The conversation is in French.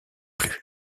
plus